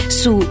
su